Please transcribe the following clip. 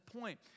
point